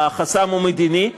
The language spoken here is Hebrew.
החסם הוא מדיני.